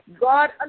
God